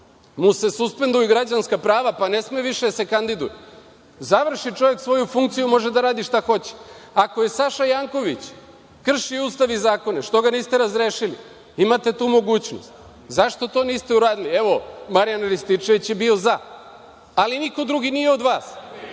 mu se suspenduju građanska prava, pa ne sme više da se kandiduje? Završi čovek svoju funkciju pa može da radi šta hoće. Ako je Saša Janković kršio Ustav i zakone, zašto ga niste razrešili? Imate tu mogućnost. Zašto to niste uradili? Evo, Marijan Rističević je bio za, ali niko drugi nije od vas,